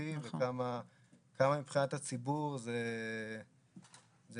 הכרחי וכמה מבחינת הציבור זה בסוף